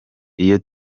iyo